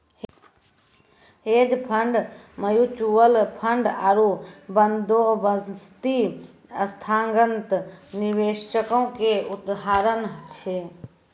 hedge fund, mutual fund आरु बंदोबस्ती संस्थागत निवेशको के उदाहरण छै